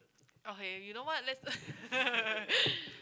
okay you know what let's